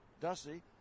Dusty